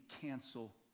cancel